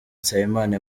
nsabimana